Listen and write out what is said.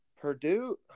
Purdue